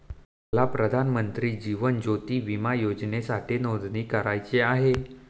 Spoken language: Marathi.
मला प्रधानमंत्री जीवन ज्योती विमा योजनेसाठी नोंदणी करायची आहे